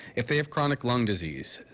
if they have chronic lung disease,